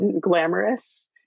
glamorous